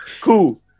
cool